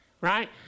right